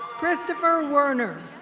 christopher warner.